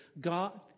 God